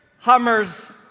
Hummers